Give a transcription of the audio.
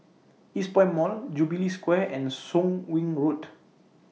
Eastpoint Mall Jubilee Square and Soon Wing Road